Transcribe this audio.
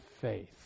faith